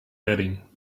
bedding